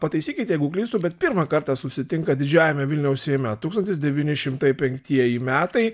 pataisykit jeigu klystu bet pirmą kartą susitinka didžiajame vilniaus seime tūkstantis devyni šimtai penktieji metai